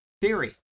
theory